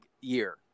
year